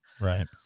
right